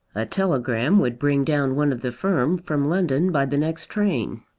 a telegram would bring down one of the firm from london by the next train.